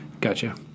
gotcha